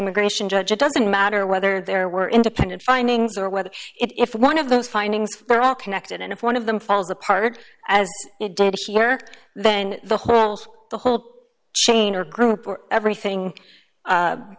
immigration judge it doesn't matter whether there were independent findings or whether it if one of those findings are all connected and if one of them falls apart as it did here then the whole the whole chain or group everything